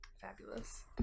Fabulous